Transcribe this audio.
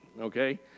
Okay